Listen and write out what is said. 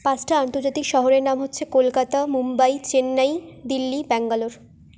পাঁচটা আন্তর্জাতিক শহরের নাম হচ্ছে কলকাতা মুম্বাই চেন্নাই দিল্লি ব্যাঙ্গালোর